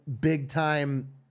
big-time